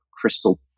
crystal